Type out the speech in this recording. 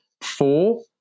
four